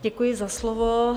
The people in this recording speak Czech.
Děkuji za slovo.